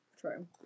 True